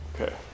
Okay